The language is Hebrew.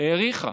האריכה